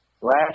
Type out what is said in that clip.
Last